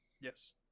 yes